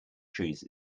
trees